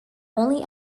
only